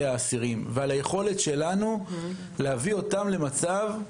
האסירים ועל היכולת שלנו להביא אותו למצב.